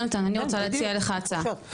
יהונתן אני רוצה להציע לך הצעה,